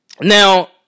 Now